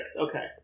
Okay